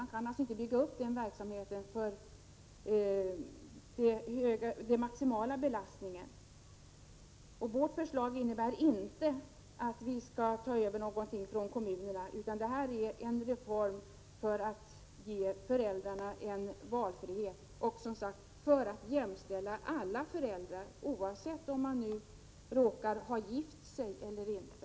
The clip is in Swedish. Man kan inte bygga ut en sådan verksamhet för den maximala belastningen. Vårt förslag innebär inte att försäkringskassan skall ta över från kommunerna. Det är en reform för att ge familjerna en barnledighet och för att jämställa alla föräldrar, oavsett om de är gifta eller inte.